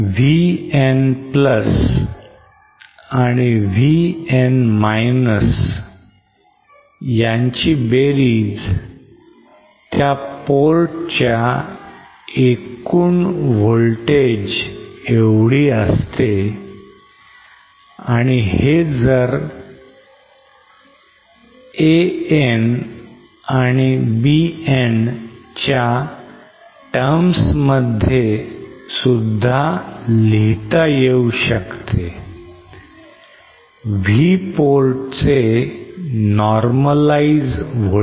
VN आणि VN ची बेरीज त्या port च्या एकूण voltage एवढी असते आणि हे जर an आणि bn च्या terms मध्ये सुद्धा हे लिहिता येईल